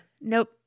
Nope